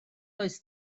does